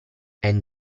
and